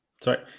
Sorry